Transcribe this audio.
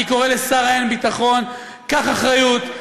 אני קורא לשר האין-ביטחון: קח אחריות,